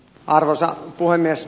arvoisa puhemies